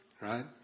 Right